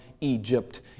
Egypt